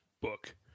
book